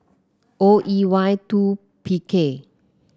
O E Y two P K